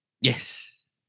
Yes